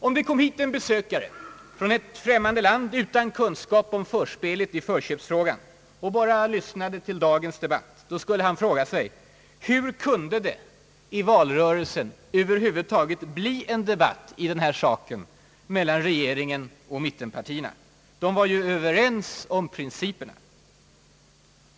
Om det kom hit en besökare från eit främmande land, utan kunskap om förspelet i förköpsfrågan, och bara lyssnade till dagens debatt, skulle han fråga sig: Hur kunde det i valrörelsen över huvud taget bli debatt i den här saken mellan regeringen och mittenpartierna? De är ju överens om principerna.